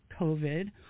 COVID